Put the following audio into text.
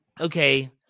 okay